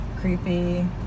creepy